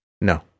No